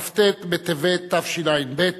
כ"ט בטבת תשע"ב,